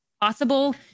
possible